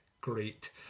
great